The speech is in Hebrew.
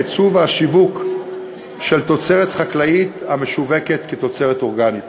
הייצוא והשיווק של תוצרת חקלאית המשווקת כתוצרת אורגנית.